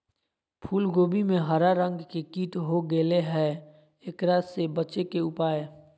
फूल कोबी में हरा रंग के कीट हो गेलै हैं, एकरा से बचे के उपाय?